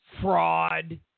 Fraud